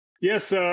Yes